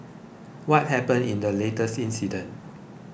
what happened in the latest incident